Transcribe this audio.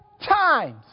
times